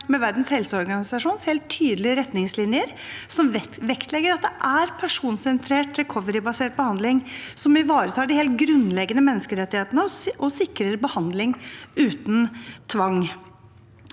med Verdens helseorganisasjons helt tydelige retningslinjer, som vektlegger at det er personsentrert «recovery»-basert behandling som ivaretar de helt grunnleggende menneskerettighetene og sikrer behandling uten tvang.